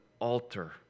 altar